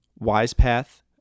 WisePath